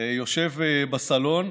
יושב בסלון.